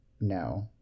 No